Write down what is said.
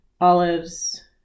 olives